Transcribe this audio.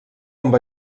amb